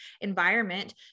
environment